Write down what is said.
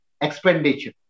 expenditure